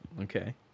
Okay